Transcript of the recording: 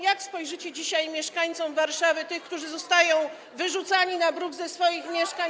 Jak spojrzycie dzisiaj w oczy mieszkańcom Warszawy, tym, którzy zostali wyrzuceni na bruk ze swoich mieszkań?